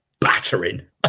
battering